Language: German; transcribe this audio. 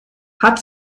hat